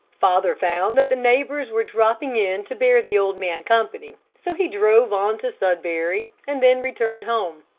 father found that the neighbors were dropping in to bear the old man company, so he drove on to sudbury, and then returned home.